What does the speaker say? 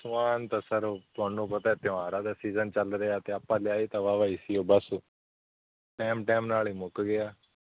ਸਮਾਨ ਤਾਂ ਸਰ ਉਹ ਤੁਹਾਨੂੰ ਪਤਾ ਤਿਉਹਾਰਾਂ ਦਾ ਸੀਜਨ ਚੱਲ ਰਿਹਾ ਅਤੇ ਆਪਾਂ ਲਿਆਏ ਤਾਂ ਵਾਹਵਾ ਹੀ ਸੀ ਬਸ ਟੈਮ ਟੈਮ ਨਾਲ ਹੀ ਮੁੱਕ ਗਿਆ